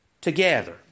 together